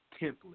template